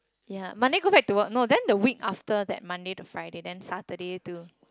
ya Monday go back to work no then the week after that Monday to Friday then Saturday to